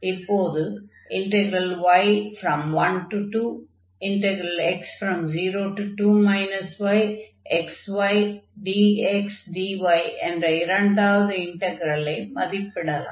இப்போது y12x02 yxydxdy என்ற இரண்டாவது இன்டக்ரலை மதிப்பிடலாம்